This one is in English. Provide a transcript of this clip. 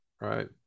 right